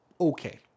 okay